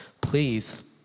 please